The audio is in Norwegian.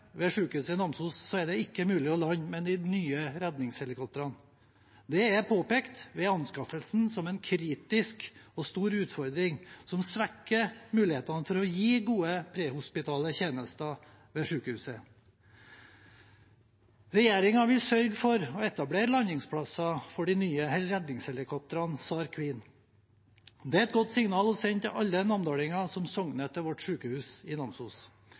ved sykehuset i Namsos er det ikke mulig å lande med de nye redningshelikoptrene. Det er ved anskaffelsen påpekt som en kritisk og stor utfordring som svekker mulighetene for å gi gode prehospitale tjenester ved sykehuset. Regjeringen vil sørge for å etablere landingsplasser for de nye redningshelikoptrene, SAR Queen. Det er et godt signal å sende til alle namdalinger som sogner til vårt sykehus i Namsos.